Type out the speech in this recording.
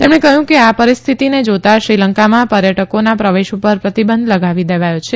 તેમણે કહયું કે આ પરિસ્થિતિને જોતાં શ્રીલંકામાં પર્યટકોના પ્રવેશ પર પ્રતિબંધ લગાવી દેવાથો છે